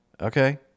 okay